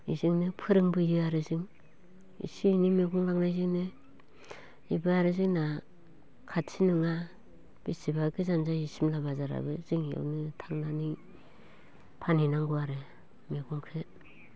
इजोंनो फोरोंबोयो आरो जों एसे एनै मैगं लांनायजोंनो बेबो आरो जोंना खाथि नङा बिसिबा गोजान जायो सिमला बाजाराबो जों इयावनो थांनानै फानहैनांगौ आरो मैगंखो